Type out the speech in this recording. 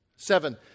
Seven